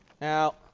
Now